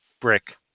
brick